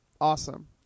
Awesome